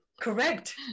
Correct